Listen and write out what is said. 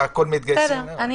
אנחנו